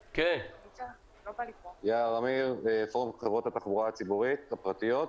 יער אמיר, פורום חברות התחבורה הציבורית הפרטיות.